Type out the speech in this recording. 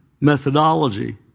methodology